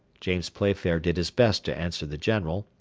james playfair did his best to answer the general,